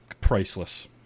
Priceless